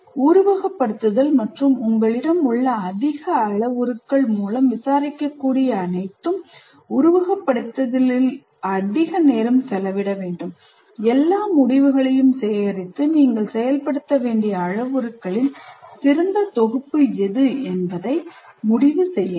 உருவகப்படுத்துதல் மற்றும் உங்களிடம் உள்ள அதிக அளவுருக்கள் மூலம் விசாரிக்கக்கூடிய அனைத்தும் உருவகப்படுத்துதலில் அதிக நேரம் செலவிட வேண்டும் எல்லா முடிவுகளையும் சேகரித்து நீங்கள் செயல்படுத்த வேண்டிய அளவுருக்களின் சிறந்த தொகுப்பு எது என்பதை முடிவு செய்யுங்கள்